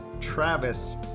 travis